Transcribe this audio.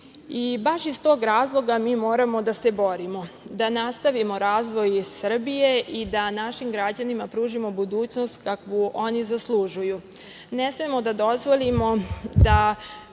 iz tog razloga mi moramo da se borimo, da nastavimo razvoj Srbije i da našim građanima pružimo budućnost kakvu oni zaslužuju. Ne smemo da dozvolimo da